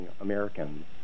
Americans